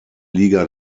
liga